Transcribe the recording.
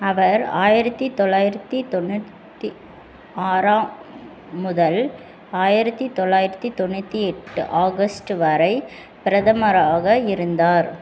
அவர் ஆயிரத்து தொள்ளாயிரத்து தொண்ணூற்றி ஆறாம் முதல் ஆயிரத்து தொள்ளாயிரத்து தொண்ணூற்றி எட்டு ஆகஸ்ட்டு வரை பிரதமராக இருந்தார்